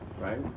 Right